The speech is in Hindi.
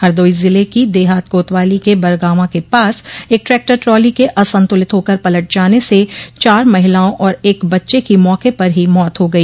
हरदोई ज़िले की देहात कोतवाली के बरगावां के पास एक ट्रैक्टर ट्राली के असंतुलित होकर पलट जाने से चार महिलाओं और एक बच्चे की मौक पर ही मौत हो गई